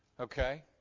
okay